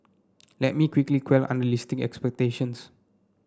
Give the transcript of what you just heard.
let me quickly quell unrealistic expectations